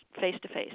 face-to-face